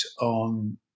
on